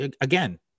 again